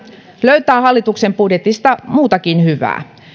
löytää hallituksen budjetista muutakin hyvää